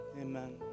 amen